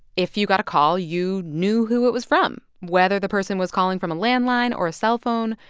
if you got a call, you knew who it was from. whether the person was calling from a landline or a cellphone,